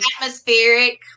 atmospheric